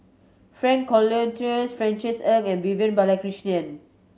Frank Cloutier Francis Ng and Vivian Balakrishnan